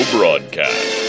Broadcast